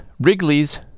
Wrigley's